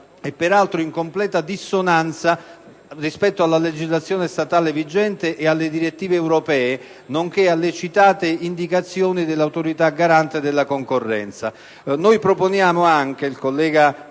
e peraltro in completa dissonanza rispetto alla legislazione statale vigente e alle direttive europee, nonché alle citate indicazioni dell'Autorità garante della concorrenza. Il presidente Baldassarri, il collega